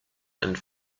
and